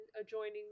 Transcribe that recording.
adjoining